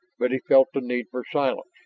but he felt the need for silence.